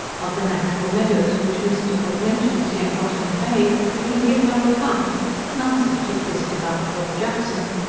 of the natural meadows which mr. cook mentions near botany bay, we can give no account none such exist about port jackson.